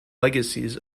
legacies